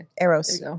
Eros